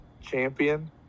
champion